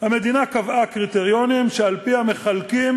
הרי המדינה קבעה קריטריונים שעל-פיהם מחלקים